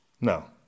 No